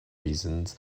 reasons